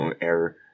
error